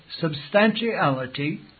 substantiality